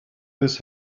this